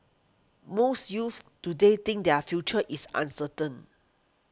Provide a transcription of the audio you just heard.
most youths today think their future is uncertain